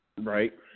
Right